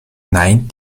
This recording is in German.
nein